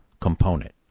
component